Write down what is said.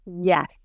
Yes